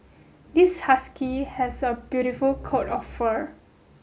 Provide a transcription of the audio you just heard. this husky has a beautiful coat of fur